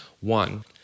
one